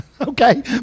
Okay